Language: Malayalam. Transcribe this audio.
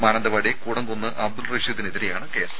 മാനന്തവാടി കൂടംകുന്ന് അബ്ദുൾ റഷീദിനെതിരെയാണ് കേസ്